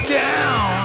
down